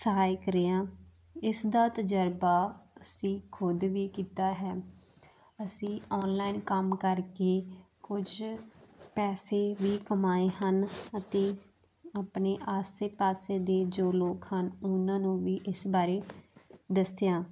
ਸਹਾਇਕ ਰਿਹਾ ਇਸ ਦਾ ਤਜਰਬਾ ਅਸੀਂ ਖੁਦ ਵੀ ਕੀਤਾ ਹੈ ਅਸੀਂ ਆਨਲਾਈਨ ਕੰਮ ਕਰਕੇ ਕੁਝ ਪੈਸੇ ਵੀ ਕਮਾਏ ਹਨ ਅਤੇ ਆਪਣੇ ਆਸੇ ਪਾਸੇ ਦੇ ਜੋ ਲੋਕ ਹਨ ਉਹਨਾਂ ਨੂੰ ਵੀ ਇਸ ਬਾਰੇ ਦੱਸਿਆ